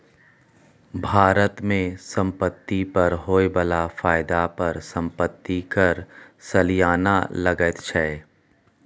भारत मे संपत्ति पर होए बला फायदा पर संपत्ति कर सलियाना लगैत छै